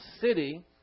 city